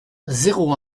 zéro